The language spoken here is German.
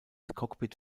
cockpit